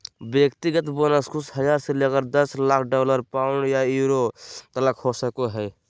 व्यक्तिगत बोनस कुछ हज़ार से लेकर दस लाख डॉलर, पाउंड या यूरो तलक हो सको हइ